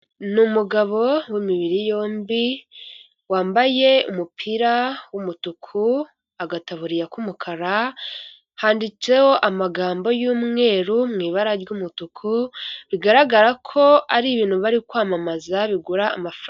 n'umugabo wa mibiri yombi wambaye umupira w'umutuku agataburiya k'umukara handitseho amagambo y'umweru mu ibara ry'umutuku bigaragara ko ari ibintu bari kwamamaza bigura amafaranga.